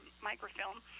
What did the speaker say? microfilm